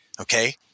okay